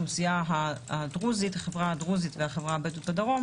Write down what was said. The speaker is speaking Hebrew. לחברה הדרוזית והחברה הבדואית בדרום,